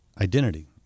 identity